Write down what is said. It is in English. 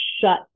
shut